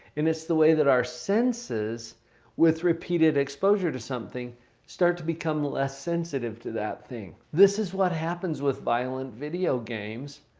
and it's the way that our senses with repeated exposure to something start to become less sensitive to that thing. this is what happens with violent video games.